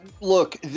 look